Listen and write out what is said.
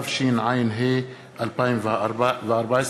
התשע"ה 2014,